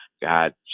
God